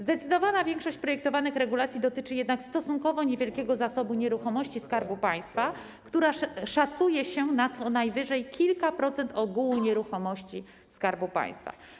Zdecydowana większość projektowanych regulacji dotyczy jednak stosunkowo niewielkiego zasobu nieruchomości Skarbu Państwa, który szacuje się na co najwyżej kilka procent ogółu nieruchomości Skarbu Państwa.